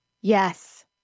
Yes